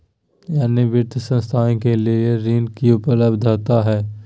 अन्य वित्तीय संस्थाएं के लिए ऋण की उपलब्धता है?